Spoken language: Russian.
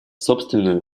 собственную